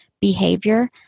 behavior